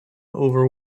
over